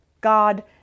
God